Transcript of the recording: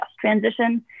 transition